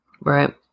Right